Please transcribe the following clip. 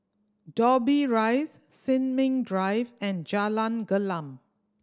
Dobbie Rise Sin Ming Drive and Jalan Gelam